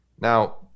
Now